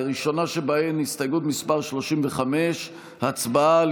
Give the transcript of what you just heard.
הראשונה שבהן היא הסתייגות מס' 35. הצבעה על